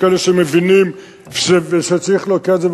יש כאלה שמבינים שצריך להוקיע את זה,